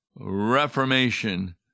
Reformation